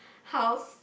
house